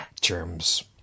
germs